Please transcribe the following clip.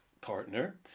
partner